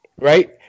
right